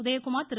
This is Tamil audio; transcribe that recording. உதயகுமார் திரு